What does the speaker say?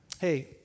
hey